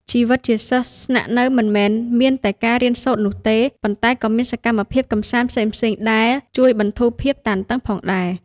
ជីវិតជាសិស្សស្នាក់នៅមិនមែនមានតែការរៀនសូត្រនោះទេ ប៉ុន្តែក៏មានសកម្មភាពកម្សាន្តផ្សេងៗដែលជួយបន្ធូរភាពតានតឹងផងដែរ។